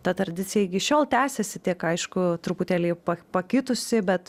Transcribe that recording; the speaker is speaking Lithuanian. ta tradicija iki šiol tęsiasi tik aišku truputėlį pakitusi bet